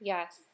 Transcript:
Yes